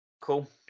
Cool